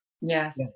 Yes